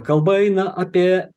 kalba eina apie